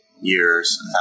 years